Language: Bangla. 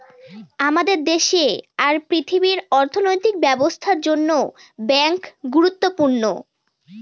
আমাদের দেশে আর পৃথিবীর অর্থনৈতিক ব্যবস্থার জন্য ব্যাঙ্ক গুরুত্বপূর্ণ